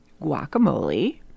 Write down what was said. guacamole